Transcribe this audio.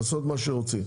לעשות מה שרוצים.